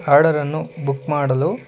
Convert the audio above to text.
ಆರ್ಡರನ್ನು ಬುಕ್ ಮಾಡಲು